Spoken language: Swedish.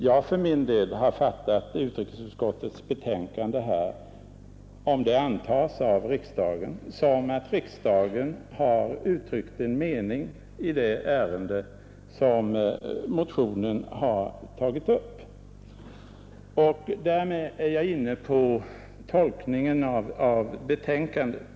Jag har för min del fattat utrikesutskottets skrivning så — om den antas av riksdagen — att riksdagen har uttryckt en mening i det ärende som tagits upp i motionen. Därmed är jag också inne på tolkningen av skrivningen i betänkandet.